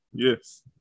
Yes